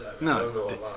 no